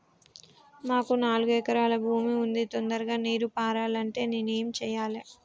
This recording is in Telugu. మాకు నాలుగు ఎకరాల భూమి ఉంది, తొందరగా నీరు పారాలంటే నేను ఏం చెయ్యాలే?